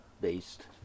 based